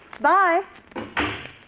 Bye